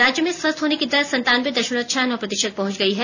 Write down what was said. राज्य में स्वस्थ होने की दर संतानवें दशमलव छह नौ प्रतिशत पहुंच गई है